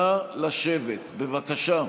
נא לשבת בבקשה.